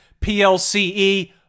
PLCE